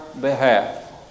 behalf